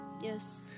Yes